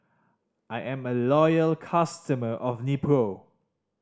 I am a loyal customer of Nepro